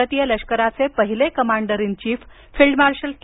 भारतीय लष्कराचे पहिले commander in chief field marshal K